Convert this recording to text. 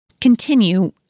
continue